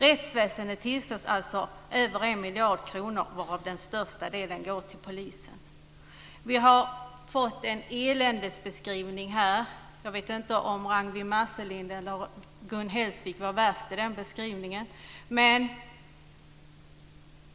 Rättsväsendet tillförs alltså över en miljard kronor, varav den största delen går till polisen. Vi har fått en eländesbeskrivning här. Jag vet inte om Ragnwi Marcelind eller Gun Hellsvik var värst i den beskrivningen.